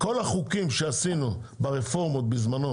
החוקים שעשינו ברפורמות בזמנו